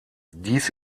dies